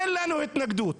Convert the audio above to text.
אין לנו התנגדות